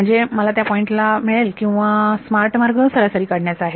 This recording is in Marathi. म्हणजे मला त्या पॉइंटला मिळेल किंवा स्मार्ट मार्ग सरासरी काढण्याचा आहे